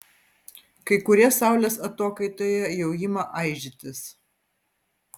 kai kurie saulės atokaitoje jau ima aižytis